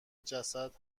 جسد